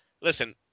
Listen